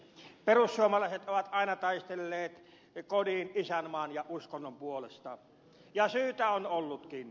perussuomalaiset ovat aina taistelleet kodin isänmaan ja uskonnon puolesta ja syytä on ollutkin